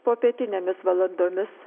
popietinėmis valandomis